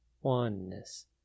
oneness